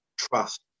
Trust